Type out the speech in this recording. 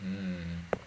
mm